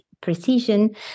precision